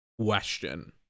question